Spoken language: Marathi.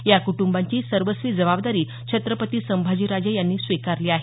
या कुटंबाची सर्वस्वी जबाबदारी छत्रपती संभाजीराजे यांनी स्विकारली आहे